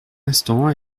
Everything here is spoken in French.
instant